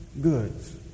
goods